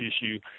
issue